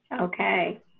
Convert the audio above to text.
okay